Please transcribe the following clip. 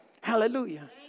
Hallelujah